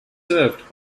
served